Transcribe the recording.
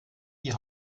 die